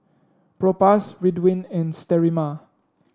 Propass Ridwind and Sterimar